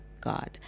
God